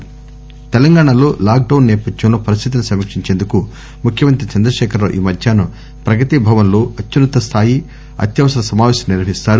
review తెలంగాణలో lockdown నేపథ్యంలో పరిస్దితిని సమీక్షించేందుకు ముఖ్యమంత్రి చంద్రశేఖరరావు ఈ మధ్యాహ్నం ప్రగతి భవస్ లో అత్యున్న తస్థాయి అత్యవసర సమావేశం నిర్వహిస్తారు